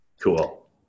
Cool